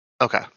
okay